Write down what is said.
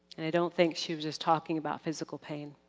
and i don't think she was just talking about physical pain.